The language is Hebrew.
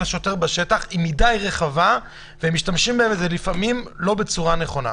לשוטר בשטח היא רחבה מדי ואתם משתמשים בה בצורה לא נכונה.